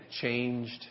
changed